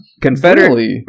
Confederate